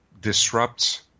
disrupts